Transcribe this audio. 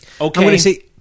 okay